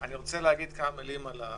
ברור,